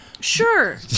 Sure